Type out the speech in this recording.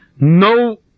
No